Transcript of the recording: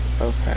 okay